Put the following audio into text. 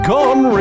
Gone